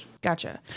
Gotcha